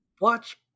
watch